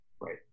Right